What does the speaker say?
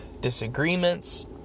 disagreements